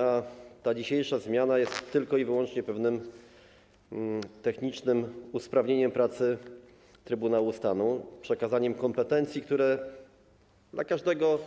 A ta dzisiejsza zmiana jest tylko i wyłącznie pewnym technicznym usprawnieniem pracy Trybunału Stanu, przekazaniem kompetencji, które dla każdego